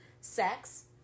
sex